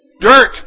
Dirt